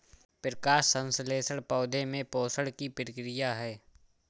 प्रकाश संश्लेषण पौधे में पोषण की प्रक्रिया है